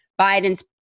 Biden's